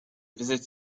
visit